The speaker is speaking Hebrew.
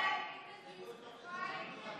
ההסתייגות (14) של חבר